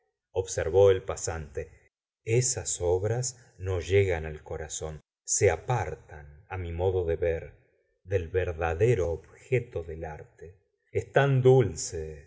observó el pasante esas obras no llegan al corazón se apartan mi modo de ver del verdadero objeto del arte es tan dulce